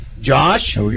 Josh